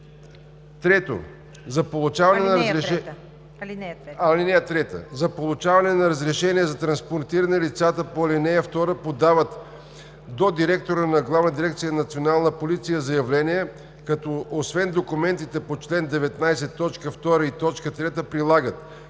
(3) За получаване на разрешение за транспортиране лицата по ал. 2 подават до директора на ГДНП заявление, като освен документите по чл. 19, т. 2 и 3 прилагат: